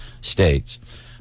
states